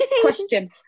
question